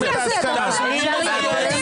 --- מי בעד?